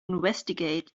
investigate